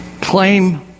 claim